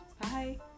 Bye